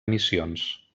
missions